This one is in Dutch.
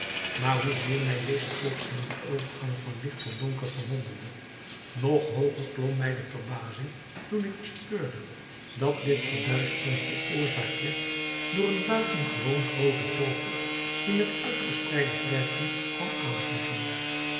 maar hoe zeer mij deze plotselinge overgang van licht tot donker verwonderde nog hooger klom mij de verbazing toen ik bespeurde dat dit verduisteren veroorzaakt werd door een buitengewoon grooten vogel die met uitgespreide vlerken kwam aanvliegen